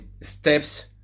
steps